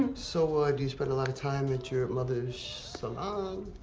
um so ah, do you spend a lot of time at your mother's salon?